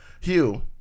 Hugh